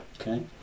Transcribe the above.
Okay